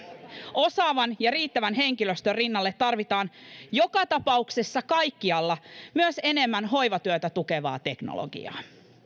osaavan ja riittävän henkilöstön rinnalle tarvitaan joka tapauksessa kaikkialla myös enemmän hoivatyötä tukevaa teknologiaa